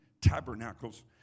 tabernacles